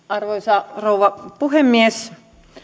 arvoisa rouva puhemies